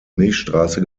milchstraße